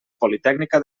politècnica